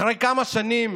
אחרי כמה שנים